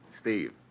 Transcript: Steve